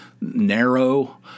narrow